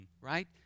right